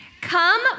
Come